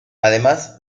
además